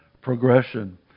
progression